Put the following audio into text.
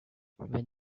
when